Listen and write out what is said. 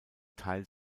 teil